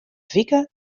wike